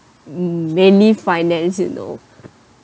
mainly finance you know